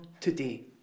today